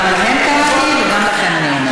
גם להם קראתי, וגם לכם אני אומרת.